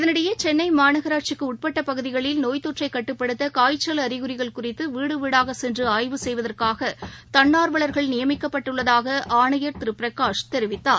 இதனிடையே சென்னை மாநகராட்சிக்கு உட்பட்ட பகுதிகளில் நோய் தொற்றை கட்டுப்படுத்த காய்ச்சல் அறிகுறிகள் குறித்து வீடு வீடாகச் சென்று ஆய்வு செய்வதற்காக தன்னார்வலா்கள் நியமிக்கப்பட்டுள்ளதாக ் ஆணையர் திரு பிரகாஷ் தெரிவித்துள்ளார்